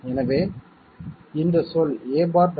எனவே இந்த சொல் a'